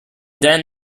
then